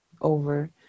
over